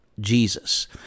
Jesus